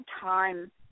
time